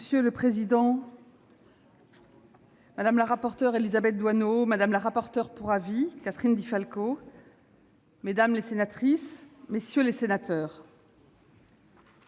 Monsieur le président, madame la rapporteure Élisabeth Doineau, madame la rapporteure pour avis Catherine Di Folco, mesdames les sénatrices, messieurs les sénateurs,